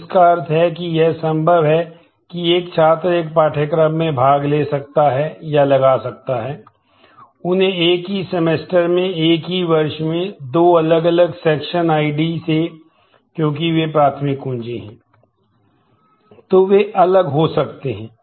तो वे अलग हो सकते हैं